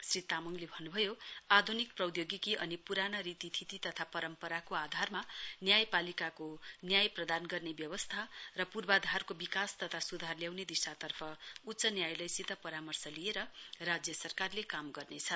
श्री तामाङले भन्नुभयो आधुनिक प्रौद्योगिकी अनि पुराना रीतिछिती तथा परम्परा आधारमा न्यायपालिकाको न्याय प्रदान गर्ने व्यवस्था र पूर्वाधारको विकास तथा सुधार ल्याउने दिशातर्फ उच्च न्यायलयसित परामर्श लिएर राज्य सरकारले काम गर्नेछ